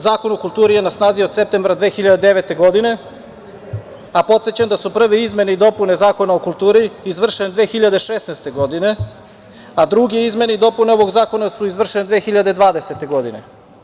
Zakon o kulturi je na snazi od septembra 2009. godine, a podsećam da su prve izmene i dopune Zakona o kulturi izvršene 2016. godine, a druge izmene i dopune ovog zakona su izvršene 2020. godine.